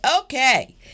Okay